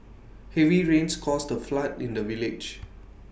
heavy rains caused A flood in the village